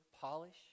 polish